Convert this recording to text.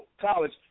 College